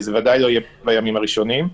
זה בוודאי לא יקרה בימים הראשונים,